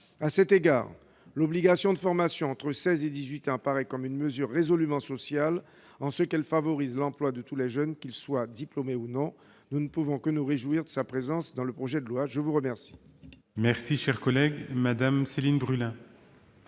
À cet égard, l'obligation de formation entre 16 ans et 18 ans apparaît comme une mesure résolument sociale, en ce qu'elle favorise l'emploi de tous les jeunes, qu'ils soient diplômés ou non. Nous ne pouvons que nous réjouir de sa présence dans le projet de loi. La parole